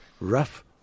rough